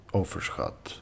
overschat